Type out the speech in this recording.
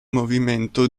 movimento